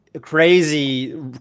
crazy